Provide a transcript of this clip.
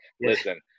listen